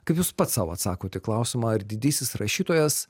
kaip jūs pats sau atsakot į klausimą ar didysis rašytojas